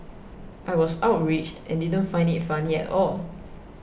I was outraged and didn't find it funny at all